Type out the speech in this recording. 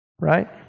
Right